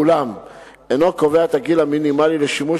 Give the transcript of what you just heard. אולם אינו קובע את הגיל המינימלי לשימוש